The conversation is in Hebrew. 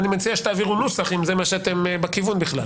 אני מציע שתעבירו נוסח אם זה הכיוון שלכם.